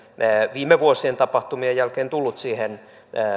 viime vuosien tapahtumien jälkeen tullut siihen